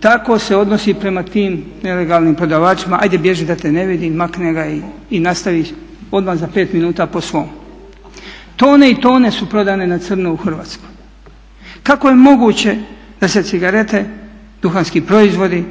tako se odnosi prema tim nelegalnim prodavačima, ajde bježi da te ne vidim, makne ga i nastavi odmah za 5 minuta po svom. Tone i tone su prodane na crno u Hrvatskoj. Kako je moguće da se cigarete, duhanski proizvodi